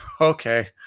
Okay